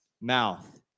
mouth